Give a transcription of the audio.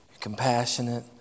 compassionate